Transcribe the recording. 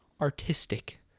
artistic